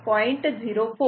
22 j 0